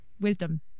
wisdom